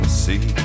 see